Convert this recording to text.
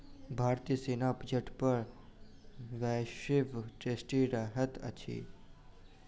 भारतीय सेना बजट पर वैश्विक दृष्टि रहैत अछि